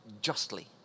justly